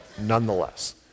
nonetheless